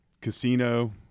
casino